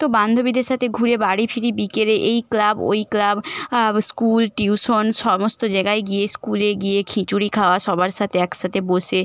তো বান্ধবীদের সাথে ঘুরে বাড়ি ফিরি বিকেলে এই ক্লাব ওই ক্লাব স্কুল টিউশন সমস্ত জায়গায় গিয়ে স্কুলে গিয়ে খিচুড়ি খাওয়া সবার সাথে এক সাথে বসে